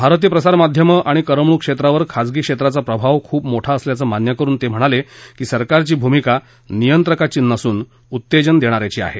भारतीय प्रसार माध्यमञाणि करमणूक क्षेत्रावर खाजगी क्षेत्राचा प्रभाव खूप मोठा असल्याचञान्य करुन ते म्हणाले की सरकारची भूमिका नियक्किाची नसून उत्तेजन देण्याची आहे